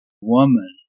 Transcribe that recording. woman